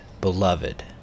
Beloved